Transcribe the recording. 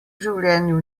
življenju